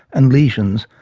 and lesions,